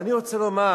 ואני רוצה לומר